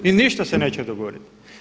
I ništa se neće dogoditi.